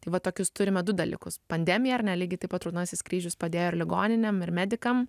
tai va tokius turime du dalykus pandemiją ar ne lygiai taip pat raudonasis kryžius padėjo ligonėm ir medikam